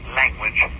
language